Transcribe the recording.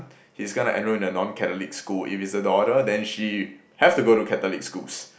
he's gonna enrol in a non-catholic school if it's a daughter then she have to go to catholic schools